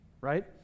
right